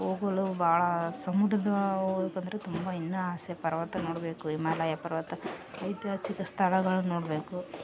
ಹೋಗಲು ಭಾಳಾ ಸಮುದ್ರದಾ ಬಂದರೆ ತುಂಬ ಇನ್ನು ಆಸೆ ಪರ್ವತ ನೋಡಬೇಕು ಹಿಮಾಲಯ ಪರ್ವತ ಐತಿಹಾಸಿಕ ಸ್ಥಳಗಳನ್ ನೋಡಬೇಕು